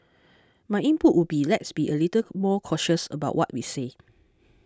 my input would be let's be a little more cautious about what we say